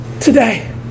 Today